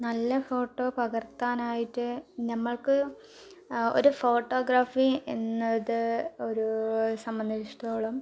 നല്ല ഫോട്ടോ പകർത്താനായിട്ട് നമ്മൾക്ക് ഒരു ഫോട്ടോഗ്രാഫി എന്നത് ഒരു സംബന്ധിച്ചിടത്തോളം